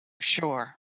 Sure